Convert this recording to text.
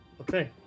Okay